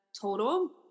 total